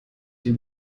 die